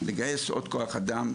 לגייס עוד כוח אדם,